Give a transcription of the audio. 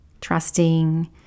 trusting